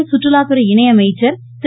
மத்திய சுற்றுலாத்துறை இணை அமைச்சர் திரு